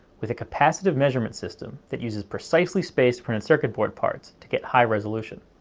with a capacitive measurement system that uses precisely spaced printed circuit board parts to get high resolution.